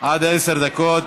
עד עשר דקות,